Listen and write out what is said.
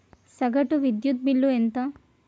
సగటు విద్యుత్ బిల్లు ఎంత?